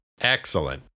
Excellent